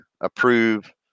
approve